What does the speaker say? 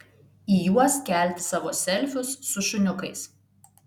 į juos kelti savo selfius su šuniukais